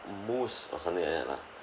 mousse or something like that lah